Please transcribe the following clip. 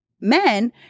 men